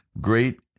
great